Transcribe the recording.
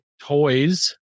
toys